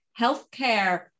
healthcare